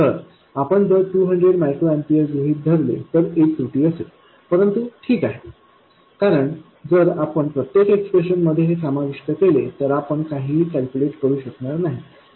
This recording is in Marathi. तर आपण जर 200 मायक्रो एम्पीयर गृहीत धरले तर एक त्रुटी असेल परंतु ठीक आहे कारण जर आपण प्रत्येक एक्सप्रेशन मध्ये हे समाविष्ट केले तर आपण काहीही कॅल्क्युलेट करू शकणार नाही